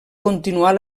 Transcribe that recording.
continuar